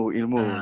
ilmu